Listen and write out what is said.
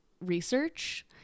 research